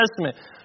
Testament